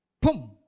Pum